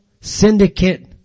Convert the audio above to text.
syndicate